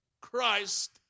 Christ